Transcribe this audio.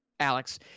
Alex